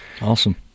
awesome